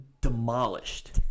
Demolished